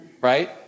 Right